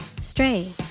Stray